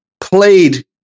played